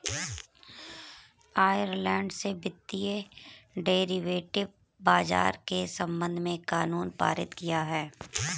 Ireland ने वित्तीय derivative बाजार के संबंध में कानून पारित किया है